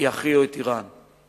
יכריעו את אירן.